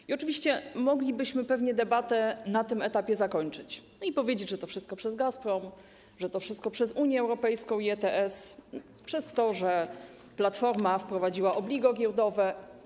I oczywiście moglibyśmy pewnie debatę na tym etapie zakończyć i powiedzieć, że to wszystko przez Gazprom, że to wszystko przez Unię Europejską i system ETS, przez to, że Platforma wprowadziła obligo giełdowe.